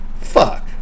fuck